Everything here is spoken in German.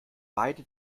beide